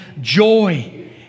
joy